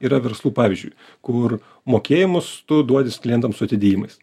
yra verslų pavyzdžiui kur mokėjimus tu duodi klientams su atidėjimais